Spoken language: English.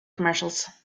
commercials